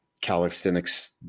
calisthenics